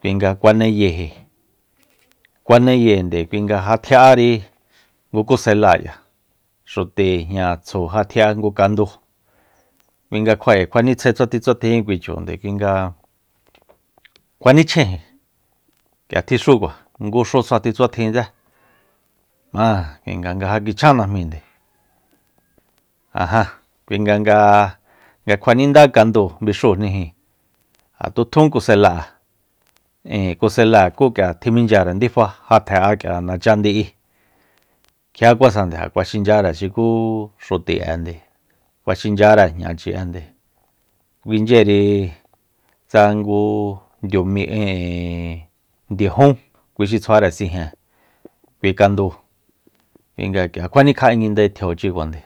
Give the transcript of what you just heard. kui nga kuaneyeji kuaneyéende kui nga ja tji'ári ngu kuseláa k'ia xuti jña tsju ja tji'á ngu kandúu kuinga nga kjua'e kjua nitsje tsjuatjin tsjuatinji kui chunde kui nga kuanichjaen k'ia tjixúkua ngu xu tsjuatin tsjuatjintsé m'áa kuinga ja kichján najmíinde ja já kuinga nga- nga kjuanindá kandúu bixúujniji ja tjutjún kuselá'e ijin kuseláa tjiminchyare ndifa ja tjen'a k'ia nachandi'i kjiakuasande ja kjua xinchyare xuku xuti'ende kuaxinchyare jñachi'énde kuinchyeri tsa ngu ndiumi ijin ndiajún kui xi tjuare sijen kui kandúu kui nga k'ia kuanikja'engindae tjiochi kuajande